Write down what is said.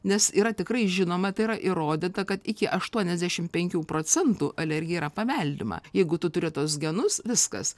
nes yra tikrai žinoma tai yra įrodyta kad iki aštuoniasdešimt penkių procentų alergija yra paveldima jeigu tu turi tuos genus viskas